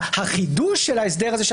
החידוש של ההסדר הזה,